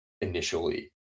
initially